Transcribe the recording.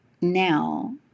now